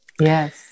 Yes